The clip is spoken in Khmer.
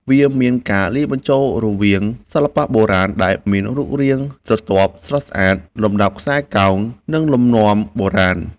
វាមានការលាយបញ្ចូលរវាងសិល្បៈបុរាណដែលមានរូបរាងស្រទាប់ស្រស់ស្អាត លំដាប់ខ្សែកោង និងលំនាំបុរាណ